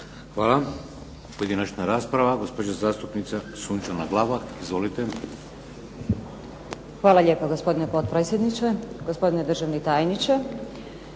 Hvala. Pojedinačna rasprava, gospođa zastupnica Sunčana Glavak. Izvolite. **Glavak, Sunčana (HDZ)** Hvala lijepa gospodine potpredsjedniče, gospodine državni tajniče.